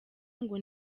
ngo